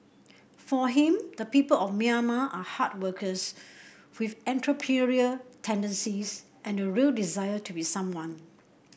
for him the people of Myanmar are hard workers with entrepreneurial tendencies and a real desire to be someone